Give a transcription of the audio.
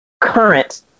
current